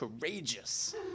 courageous